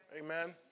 Amen